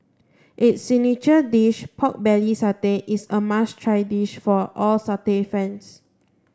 its signature dish pork belly satay is a must try dish for all satay fans